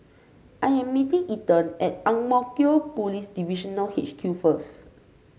I am meeting Ethan at Ang Mo Kio Police Divisional H Q first